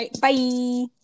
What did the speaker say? bye